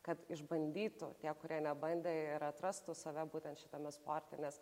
kad išbandytų tie kurie nebandė ir atrastų save būtent šitame sporte nes